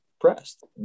pressed